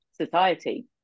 society